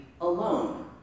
alone